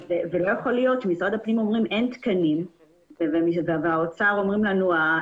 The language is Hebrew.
לא יכול להיות שמשרד הפנים אומרים שאין תקנים ושהאוצר אומר שאין